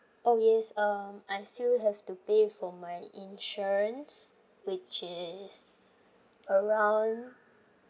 oh yes um I still have to pay for my insurance which is around